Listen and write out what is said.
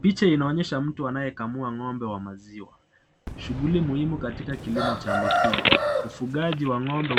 Picha inaonyesha mtu anayekamua ng'ombe wa maziwa. Shughuli muhimu katika kilimo cha mifugo. Ufugaji wa ng'ombe